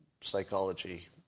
psychology